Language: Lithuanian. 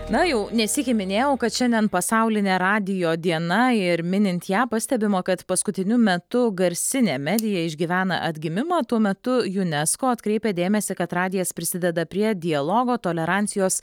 na jau ne sykį minėjau kad šiandien pasaulinė radijo diena ir minint ją pastebima kad paskutiniu metu garsinė medija išgyvena atgimimą tuo metu junesko atkreipia dėmesį kad radijas prisideda prie dialogo tolerancijos